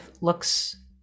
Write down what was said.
looks